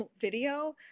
video